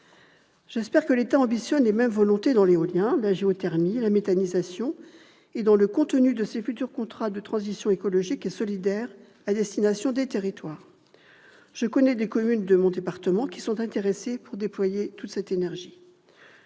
J'espère que l'État affiche la même volonté dans l'éolien, la géothermie, la méthanisation et dans le contenu de ses futurs contrats de transition écologique et solidaire à destination des territoires. Je connais des communes de mon département qui sont intéressées pour déployer ces énergies.